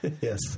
Yes